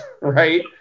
right